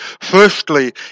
Firstly